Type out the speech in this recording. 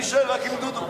ולהישאר רק עם דודו.